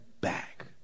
back